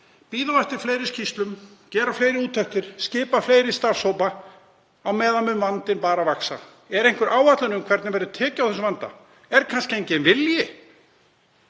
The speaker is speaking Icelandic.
Bíða á eftir fleiri skýrslum, gera á fleiri úttektir, skipa á fleiri starfshópa. Á meðan mun vandinn bara vaxa. Er einhver áætlun um hvernig tekið verður á þessum vanda? Er kannski enginn vilji?